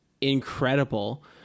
incredible